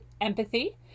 empathy